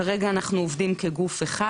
כרגע אנחנו עובדים כגוף אחד,